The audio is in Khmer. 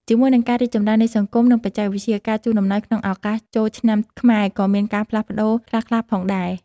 ជាមួយនឹងការរីកចម្រើននៃសង្គម និងបច្ចេកវិទ្យា ការជូនអំណោយក្នុងឱកាសចូលឆ្នាំខ្មែរក៏មានការផ្លាស់ប្តូរខ្លះៗផងដែរ។